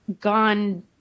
gone